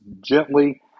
gently